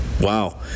Wow